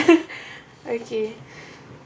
okay